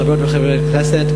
חברות וחברי הכנסת,